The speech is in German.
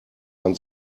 man